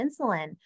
insulin